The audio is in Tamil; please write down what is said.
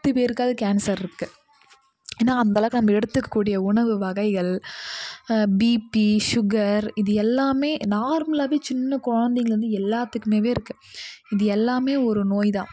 பத்து பேருக்காவது கேன்சர் இருக்கு ஏன்னா அந்த அளவுக்கு அங்கே எடுத்துக்க கூடிய உணவு வகைகள் பீப்பி சுகர் இது எல்லாமே நார்மலாகவே சின்ன குழந்தைங்கள்ல இருந்து எல்லாத்துக்குமேவே இருக்குது இது எல்லாமே ஒரு நோய் தான்